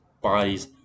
bodies